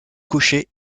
clocher